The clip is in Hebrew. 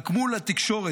רק מול התקשורת,